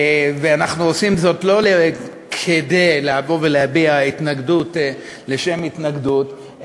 ואנחנו עושים זאת לא כדי להביע התנגדות לשם התנגדות,